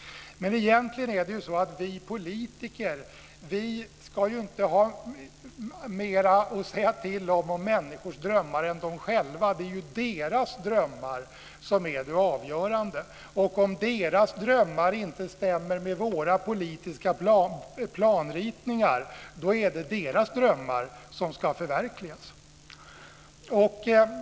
Men egentligen är det ju så att vi politiker inte ska ha mer att säga till om när det gäller människors drömmar än de själva. Det är ju deras drömmar som är avgörande. Om deras drömmar inte stämmer med våra politiska planritningar, är det deras drömmar som ska förverkligas.